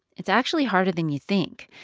it's actually harder than you think.